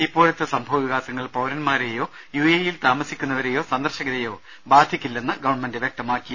ഇപ്പോ ഴത്തെ സംഭവവികാസങ്ങൾ പൌരന്മാരെയോ യു എ ഇയിൽ താമസിക്കു ന്നവരെയോ സന്ദർശകരെയോ ബാധിക്കില്ലെന്ന് ഗവൺമെന്റ് വ്യക്തമാക്കി